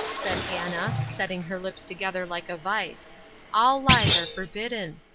said hannah, setting her lips together like a vise all lies are forbidden.